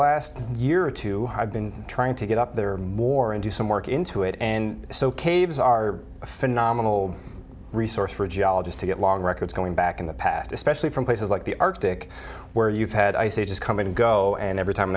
last year or two i've been trying to get up there more and do some work into it and so caves are a phenomenal resource for a geologist to get long records going back in the past especially from places like the arctic where you've had ice ages come and go and every time